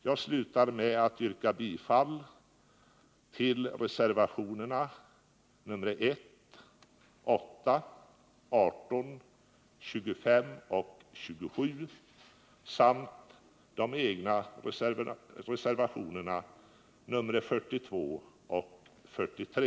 Jag slutar med att yrka bifall till reservationerna nr 1,8, 18,25 och 27 samt de egna reservationerna nr 42 och 43.